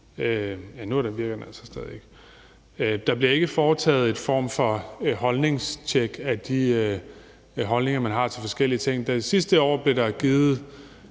... Nu virker den altså stadig ikke. Der bliver ikke foretaget en form for holdningstjek af de holdninger, man har til forskellige ting. Sidste år blev der givet,